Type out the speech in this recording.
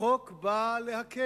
החוק בא להקל.